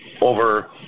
over